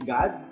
God